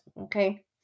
okay